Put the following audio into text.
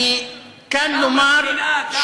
אני כאן לומר, כמה שנאה, כמה?